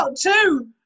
two